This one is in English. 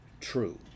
True